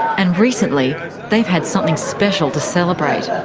and recently they've had something special to celebrate.